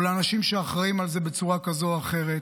או לאנשים שאחראים על זה בצורה כזו או אחרת.